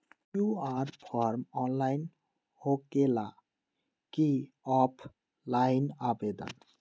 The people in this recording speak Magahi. कियु.आर फॉर्म ऑनलाइन होकेला कि ऑफ़ लाइन आवेदन?